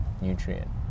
nutrient